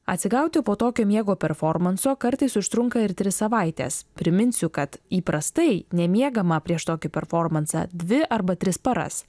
atsigauti po tokio miego performanso kartais užtrunka ir tris savaites priminsiu kad įprastai nemiegama prieš tokį performansą dvi arba tris paras